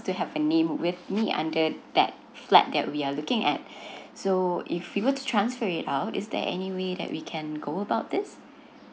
to have a name with me under that flat that we are looking at so if we were to transfer it out is there any way that we can go about this